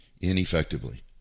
ineffectively